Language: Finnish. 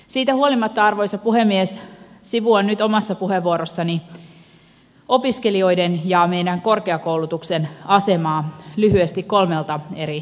siitä huolimatta arvoisa puhemies sivuan nyt omassa puheenvuorossani opiskelijoiden ja meidän korkeakoulutuksen asemaa lyhyesti kolmelta eri näkökulmalta